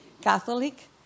Catholic